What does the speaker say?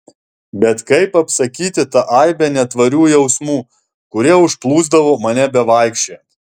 bet kaip apsakyti tą aibę netvarių jausmų kurie užplūsdavo mane bevaikščiojant